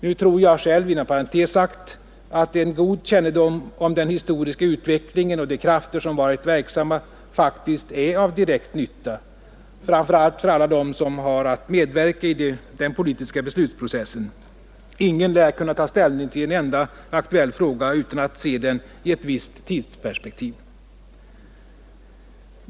Nu tror jag själv, inom parentes sagt, att en god kännedom om den historiska utvecklingen och de krafter som varit verksamma faktiskt är av direkt nytta, framför allt för alla dem som har att medverka i den politiska beslutsprocessen. Ingen lär kunna ta ställning till en enda aktuell fråga utan att se den i ett visst tidsperspektiv.